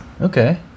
Okay